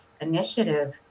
initiative